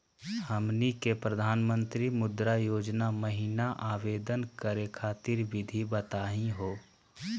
हमनी के प्रधानमंत्री मुद्रा योजना महिना आवेदन करे खातीर विधि बताही हो?